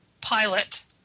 pilot